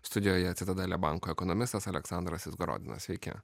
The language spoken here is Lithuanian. studijoje citadele banko ekonomistas aleksandras izgorodinas sveiki